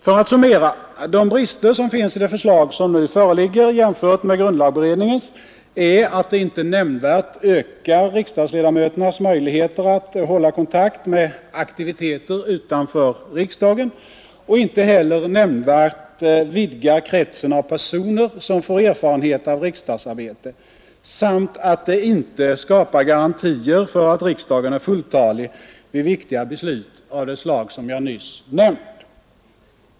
För att summera: De brister, som finns i det förslag som nu föreligger jämfört med grundlagberedningens, är att det inte nämnvärt ökar riksdagsledamöternas möjligheter att hålla kontakt med aktiviteter utanför riksdagen, och inte heller nämnvärt vidgar kretsen av personer som får erfarenhet av riksdagsarbetet, samt att det inte skapar garantier för att riksdagen är fulltalig vid viktiga beslut av det slag som jag nyss nämnde.